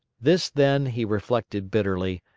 this, then, he reflected bitterly,